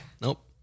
Nope